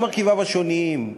על מרכיביו השונים,